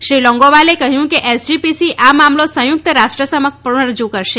શ્રી લોન્ગોવાલે કહ્યું કે ઐસજીપીસી આ મામલો સંયુક્ત રાષ્ટ્ર સમક્ષ પણ રજૂ કરશે